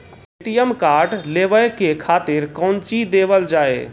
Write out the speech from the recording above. ATM card लेवे के खातिर कौंची देवल जाए?